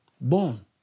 Born